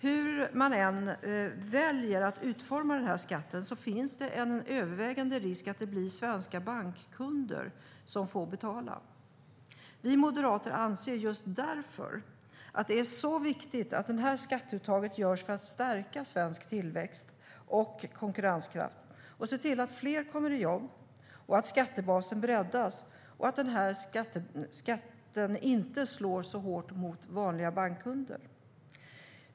Hur man än väljer att utforma denna skatt finns det en övervägande risk att det blir svenska bankkunder som får betala. Vi moderater anser att det just därför är viktigt att detta skatteuttag görs för att stärka svensk tillväxt och konkurrenskraft och för att se till att fler kommer i jobb. Det är också viktigt att skattebasen breddas och att denna skatt inte slår hårt mot vanliga bankkunder.